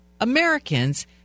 Americans